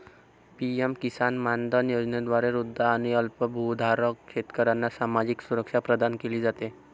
PM Kisan Maandhan योजनेद्वारे वृद्ध आणि अल्पभूधारक शेतकऱ्यांना सामाजिक सुरक्षा प्रदान केली जाते